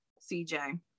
CJ